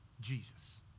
Jesus